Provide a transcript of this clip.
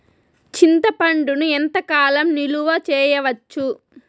చింతపండును ఎంత కాలం నిలువ చేయవచ్చు?